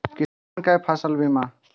किसान कै फसल बीमा?